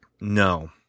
No